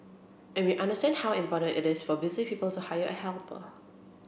and we understand how important it is for busy people to hire a helper